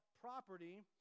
property